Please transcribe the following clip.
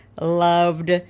loved